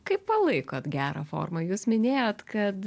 kaip palaikot gerą formą jūs minėjot kad